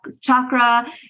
chakra